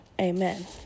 Amen